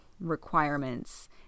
requirements